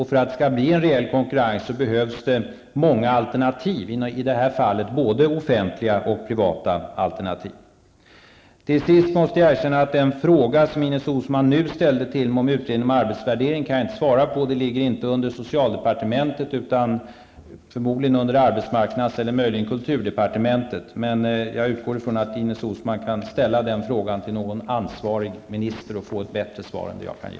För att det skall bli en rejäl konkurrens behövs många alternativ, i det här fallet både offentliga och privata alternativ. Till sist måste jag erkänna att den fråga som Ines Uusmann nu ställde till mig om utredningen om arbetsvärdering, kan jag inte svara på. Detta lyder inte under socialdepartementet, utan förmodligen under arbetsmarknads eller möjligen kulturdepartementet. Jag utgår ifrån att Ines Uusmann kan ställa den frågan till någon ansvarig minister och få ett bättre svar än jag kan ge.